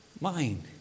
mind